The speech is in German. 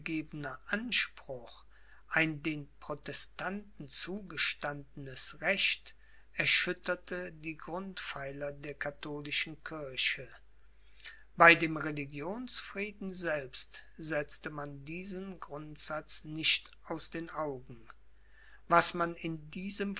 anspruch ein den protestanten zugestandenes recht erschütterte die grundpfeiler der katholischen kirche bei dem religionsfrieden selbst setzte man diesen grundsatz nicht aus den augen was man in diesem